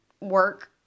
work